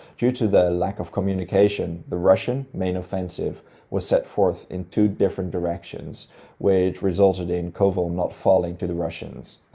due to the lack of communication, the russian main offensive was set forth in two different directions which resulted in kovel not falling to the russians.